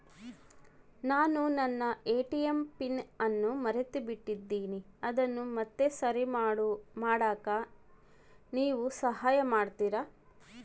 ನಾನು ನನ್ನ ATM pin ಅನ್ನು ಮರೆತುಬಿಟ್ಟೇನಿ ಅದನ್ನು ಮತ್ತೆ ಸರಿ ಮಾಡಾಕ ನೇವು ಸಹಾಯ ಮಾಡ್ತಿರಾ?